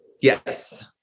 Yes